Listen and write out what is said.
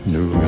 New